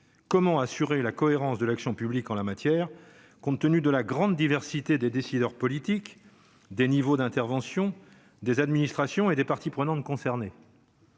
Comment assurer la cohérence de l'action publique en la matière, compte tenu de la grande diversité des décideurs politiques, des niveaux d'intervention des administrations et des parties prenantes concernées.